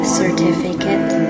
certificate